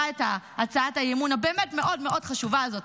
את הצעת האי-אמון הבאמת-מאוד מאוד חשובה הזאת,